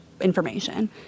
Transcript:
information